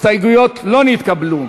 ההסתייגויות לא נתקבלו.